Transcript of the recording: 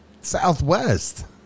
Southwest